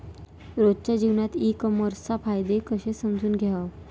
रोजच्या जीवनात ई कामर्सचे फायदे कसे समजून घ्याव?